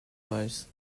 weiss